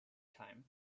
time